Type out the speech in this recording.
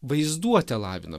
vaizduotę lavinam